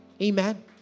Amen